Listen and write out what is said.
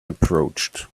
approached